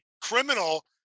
criminal